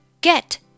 Get